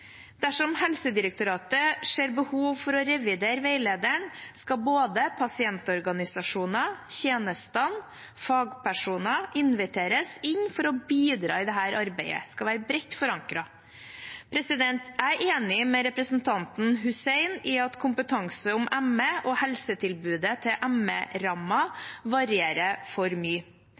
Dersom Helsedirektoratet ser behov for å revidere veilederen, skal både pasientorganisasjoner, tjenestene og fagpersoner inviteres til å bidra i dette arbeidet. Det skal være bredt forankret. Jeg er enig med representanten Hussein i at kompetansen om ME og helsetilbudet til ME-rammede varierer for mye.